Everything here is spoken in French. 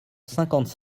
cinquante